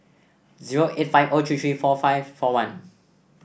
zero eight five O three three four five four one